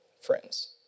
friends